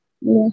Yes